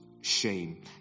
Shame